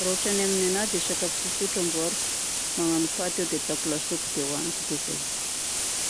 Raha ohatra ny amin'ny anahy dia sakafo tsotsotra ny amboariko. Magnano paty aho dia ataoko lasopy dia ohaniko. Zay!